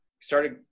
started